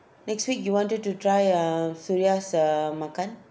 next week you wanted to try uh suria's uh makan